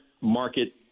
market